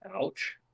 Ouch